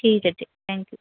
ਠੀਕ ਹੈ ਜੀ ਥੈਂਕ ਯੂ